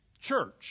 Church